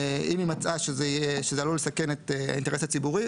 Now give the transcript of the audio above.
אם יימצא שזה עלול לסכן את האינטרס הציבורי,